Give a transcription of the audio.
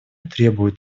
требуют